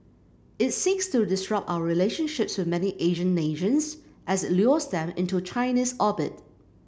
it seeks to disrupt our relationships with many Asian nations as it lures them into China's orbit